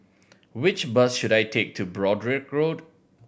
which bus should I take to Broadrick Road